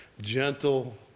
gentle